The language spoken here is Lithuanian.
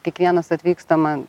kiekvienas atvyksta man